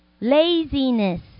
Laziness